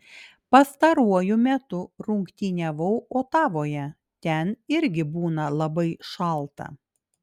pastaruoju metu rungtyniavau otavoje ten irgi būna labai šalta